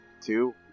Two